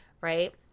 right